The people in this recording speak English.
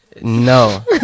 No